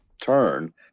turn